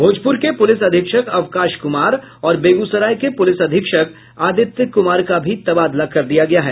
भोजपुर के पुलिस अधीक्षक अवकाश कुमार और बेगूसराय के पुलिस अधीक्षक आदित्य कुमार का भी तबादला कर दिया गया है